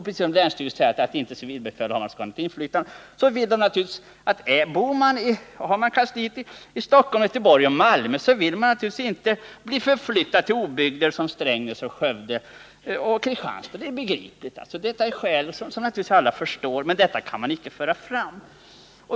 Det robusta skälet är att har man kansliet i Stockholm, Göteborg eller Malmö, så vill man inte bli förflyttad till obygder som Strängnäs, Skövde och Kristianstad. Det är begripligt. De skälen förstår naturligtvis alla, men detta kan man inte föra fram.